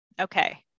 okay